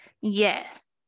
Yes